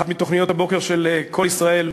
באחת מתוכניות הבוקר של "קול ישראל",